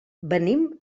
venim